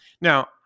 Now